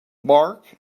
marc